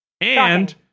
And-